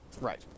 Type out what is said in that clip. right